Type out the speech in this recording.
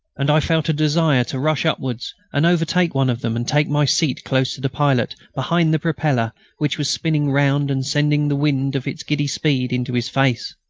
and i felt a desire to rush upwards and overtake one of them and take my seat close to the pilot, behind the propeller which was spinning round and sending the wind of its giddy speed into his face.